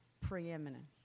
preeminence